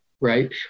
right